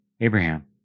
Abraham